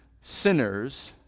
sinners